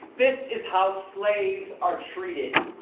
this is how slaves are treated!